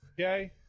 Okay